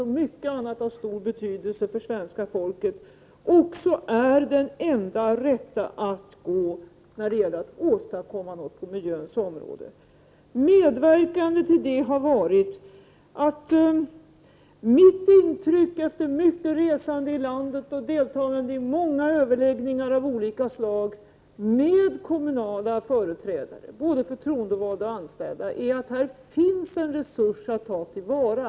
Den vägen har prövats när det gäller skolreformer, bostadsbyggande, social omvårdnad och många andra saker som har stor betydelse för svenska folket. Efter mycket resande runt om i landet och deltagande i många överläggningar av olika slag med både förtroendevalda och anställda kommunala företrädare är mitt intryck att det här finns en resurs att ta till vara.